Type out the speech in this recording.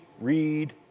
read